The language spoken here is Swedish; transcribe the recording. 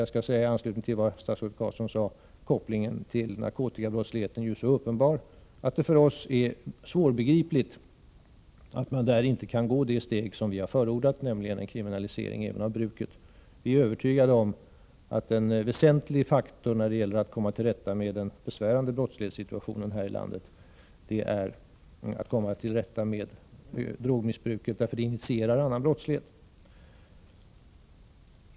Där kanske jag i anslutning till vad statsrådet Carlsson sade skall påpeka att kopplingen till narkotikabrottsligheten är så uppenbar, att det för oss är svårbegripligt att man inte kan ta det steg som vi förordat, nämligen att kriminalisera även bruket av narkotika. Vi är övertygade om att en väsentlig faktor när det gäller att ändra på den besvärande brottslighetssituationen här i landet är att komma till rätta med drogmissbruket, eftersom det initierar annan brottslighet.